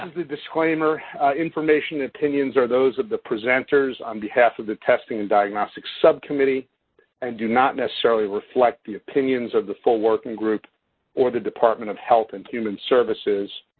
um the disclaimer information and opinions are those of the presenters on behalf of the testing and diagnostic subcommittee and do not necessarily reflect the opinions of the full working group or the department of health and human services.